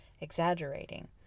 exaggerating